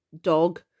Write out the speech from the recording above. dog